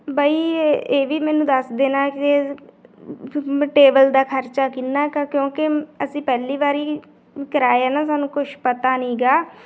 ਬਈ ਇਹ ਵੀ ਮੈਨੂੰ ਦੱਸ ਦੇਣਾ ਕਿ ਮੈਂ ਟੇਬਲ ਦਾ ਖਰਚਾ ਕਿੰਨਾ ਕੁ ਆ ਕਿਉਂਕਿ ਅਸੀਂ ਪਹਿਲੀ ਵਾਰੀ ਕਰਾਇਆ ਨਾ ਸਾਨੂੰ ਕੁਛ ਪਤਾ ਨਹੀਂ ਹੈਗਾ